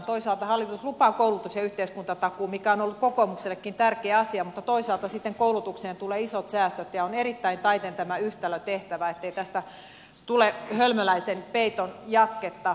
toisaalta hallitus lupaa koulutus ja yhteiskuntatakuun mikä on ollut kokoomuksellekin tärkeä asia mutta toisaalta sitten koulutukseen tulee isot säästöt ja on erittäin taiten tämä yhtälö tehtävä ettei tästä tule hölmöläisen peiton jatketta